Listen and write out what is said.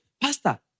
Pastor